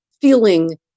feeling